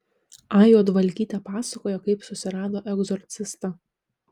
a juodvalkytė pasakojo kaip susirado egzorcistą